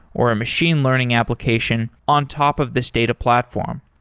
or a machine learning application on top of this data platform.